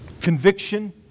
conviction